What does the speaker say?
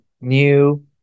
new